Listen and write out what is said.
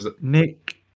Nick